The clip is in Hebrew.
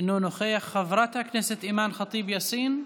אינו נוכח, חברת הכנסת אימאן ח'טיב יאסין,